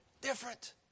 different